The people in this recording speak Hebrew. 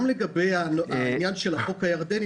גם לגבי העניין של החוק הירדני,